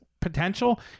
potential